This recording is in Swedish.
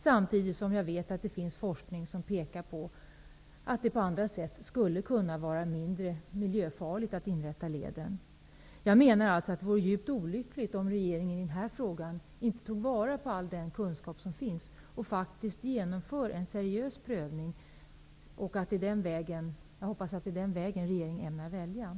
Samtidigt vet jag att det finns forskning som pekar på att det på andra sätt skulle kunna vara mindre miljöfarligt att inrätta leden. Det vore djupt olyckligt om regeringen i den här frågan inte tog vara på all den kunskap som finns. Jag hoppas att regeringen ämnar välja att genomföra en seriös prövning.